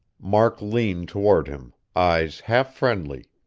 mark leaned toward him, eyes half-friendly.